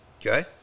okay